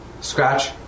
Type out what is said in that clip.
Scratch